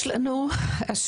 נכון, יש להם מדדים.